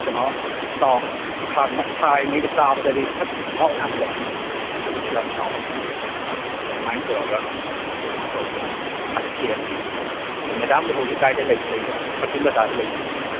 ꯀꯩꯅꯣ ꯈꯥꯡꯗ ꯁꯥꯔꯤꯉꯩꯗ ꯆꯥꯕꯗꯗꯤ ꯑꯁ ꯃꯍꯥꯎ ꯌꯥꯝ ꯂꯩ ꯑꯗꯨꯁꯨ ꯌꯥꯝ ꯍꯥꯎꯋꯦ ꯑꯥ ꯑꯗꯨꯃꯥꯏꯅ ꯇꯧꯔꯒ ꯑꯗꯨꯝ ꯀꯩꯅꯣ ꯇꯧꯕꯅꯦ ꯁꯦꯝꯕꯅꯤ ꯃꯦꯗꯥꯝꯕꯨ ꯍꯧꯖꯤꯛ ꯀꯥꯏꯗ ꯂꯩꯕꯅꯣ ꯀꯛꯆꯤꯡ ꯕꯖꯥꯔꯗ ꯂꯩꯕꯤꯕ꯭ꯔꯣ ꯃꯦꯗꯥꯝ